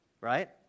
right